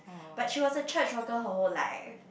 but she was a church worker her whole life